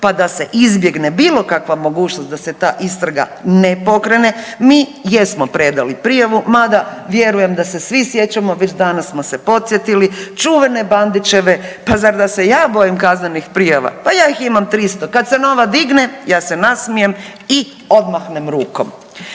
pa da se izbjegne bilo kakva mogućnost da se ta istraga ne pokrene mi jesmo predali prijavu mada vjerujem da se svi sjećamo, već danas smo se podsjetili čuvene Bandićeve, pa zar da se ja bojim kaznenih prijava, pa ja ih imam 300, kad se nova digne ja se nasmijem i odmahnem rukom.